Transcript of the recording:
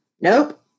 Nope